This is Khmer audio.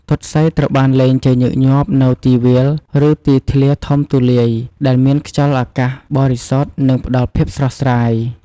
ទាត់សីត្រូវបានលេងជាញឹកញាប់នៅទីវាល ឬទីធ្លាធំទូលាយ ដែលមានខ្យល់អាកាសបរិសុទ្ធ និងផ្ដល់ភាពស្រស់ស្រាយ។